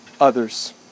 others